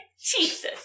Jesus